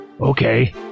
Okay